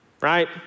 right